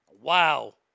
Wow